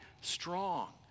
strong